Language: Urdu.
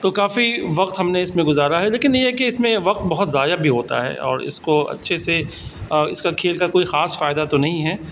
تو کافی وقت ہم نے اس میں گزارا ہے لیکن یہ ہے کہ اس میں وقت بہت ضائع بھی ہوتا ہے اور اس کو اچھے سے اس کا کھیل کا کوئی خاص فائدہ تو نہیں ہے